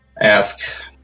Ask